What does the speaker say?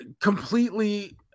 completely